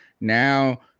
Now